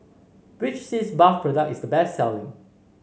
which Sitz Bath product is the best selling